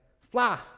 fly